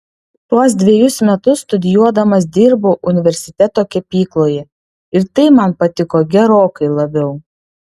tuos dvejus metus studijuodamas dirbau universiteto kepykloje ir tai man patiko gerokai labiau